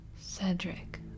Cedric